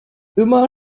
immer